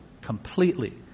completely